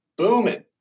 booming